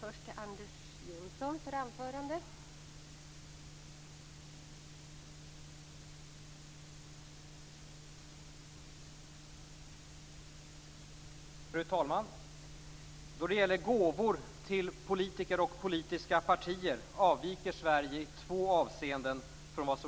Korta inlägg är alltså välkomna.